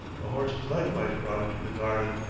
a horse is likewise brought into the garden,